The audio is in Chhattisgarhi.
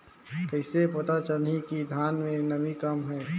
कइसे पता चलही कि धान मे नमी कम हे?